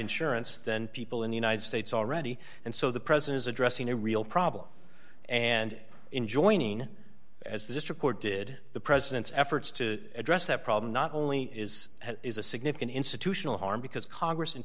insurance than people in the united states already and so the president is addressing a real problem and in joining as this report did the president's efforts to address that problem not only is is a significant institutional harm because congress and